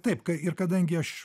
taip k ir kadangi aš